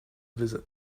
visit